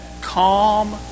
calm